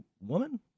woman